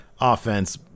offense